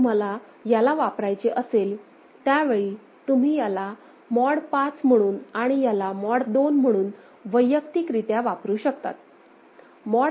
जेव्हा तुम्हाला याला वापरायचे असेल त्यावेळी तुम्ही याला मॉड 5 म्हणून आणि याला मॉड 2 म्हणून वैयक्तिकरित्या वापरू शकतात